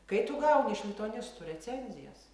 kai tu gauni iš lituanistų recenzijas